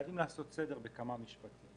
חייבים לעשות סדר בכמה משפטים.